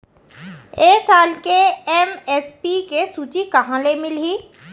ए साल के एम.एस.पी के सूची कहाँ ले मिलही?